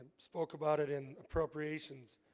spoke about it in appropriations